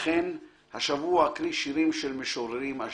לכן השבוע אקריא שירים של משוררים אשדודיים.